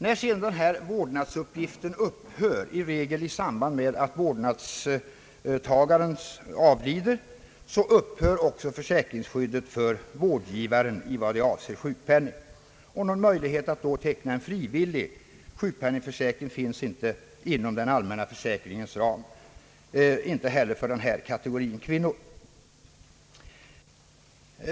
När den vårdnadsuppgiften upphör — som regel i samband med att vårdnadstagaren avlider — upphör också vårdgivarens försäkringsskydd i vad det avser sjukpenning. Någon möjlighet att teckna en frivillig sjukpenningförsäkring finns då inte heller för denna kategori av kvinnor.